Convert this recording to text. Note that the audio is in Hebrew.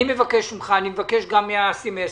אני מבקש גם מאסי מסינג,